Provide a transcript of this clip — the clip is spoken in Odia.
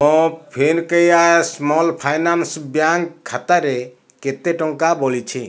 ମୋ ଫିନକେୟାର୍ ସ୍ମଲ୍ ଫାଇନାନ୍ସ ବ୍ୟାଙ୍କ୍ ଖାତାରେ କେତେ ଟଙ୍କା ବଳିଛି